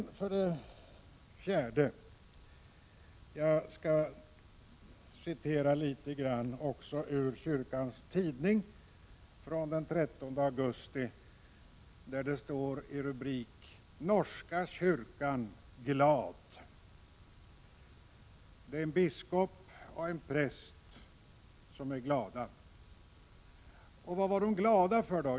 Slutligen skall jag citera något ur kyrkans tidning från den 13 augusti 1987. Där står rubriken: ”Norska kyrkan glad ——-”. Det är en biskop och en präst som är glada. Vad var de glada över?